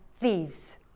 thieves